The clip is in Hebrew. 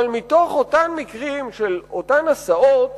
אבל מתוך אותם מקרים של אותן הסעות